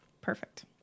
Perfect